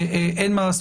אין מה לעשות,